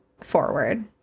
forward